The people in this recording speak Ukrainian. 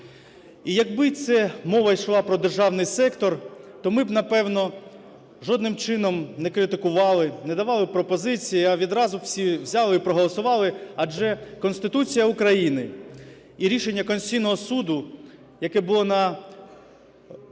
І якби це мова йшла про державний сектор, то ми б, напевно, жодним чином не критикували, не давали б пропозиції, а відразу всі взяли і проголосували, адже Конституція України і рішення Конституційного Суду, яке було на